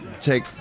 take